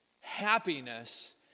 happiness